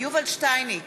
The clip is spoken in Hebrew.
יובל שטייניץ,